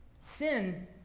Sin